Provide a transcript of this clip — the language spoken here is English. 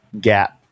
gap